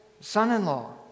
Son-in-law